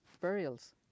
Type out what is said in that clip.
burials